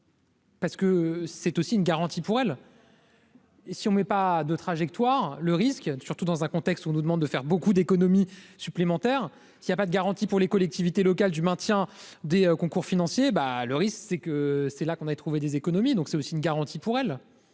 Parce que c'est aussi une garantie pour elle. Et si on met pas de trajectoire, le risque, surtout dans un contexte où on nous demande de faire beaucoup d'économies supplémentaires qu'il n'y a pas de garantie pour les collectivités locales du maintien des concours financiers bah, le risque c'est que c'est là qu'on avait trouvé des économies, donc c'est aussi une garantie pour elle,